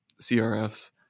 CRFs